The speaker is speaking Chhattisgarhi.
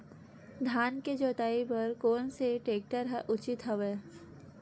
धान के जोताई बर कोन से टेक्टर ह उचित हवय?